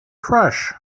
crush